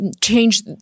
change